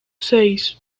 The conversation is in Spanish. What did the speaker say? seis